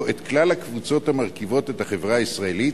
את כלל הקבוצות המרכיבות את החברה הישראלית,